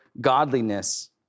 godliness